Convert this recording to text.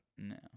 No